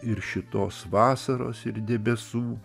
ir šitos vasaros ir debesų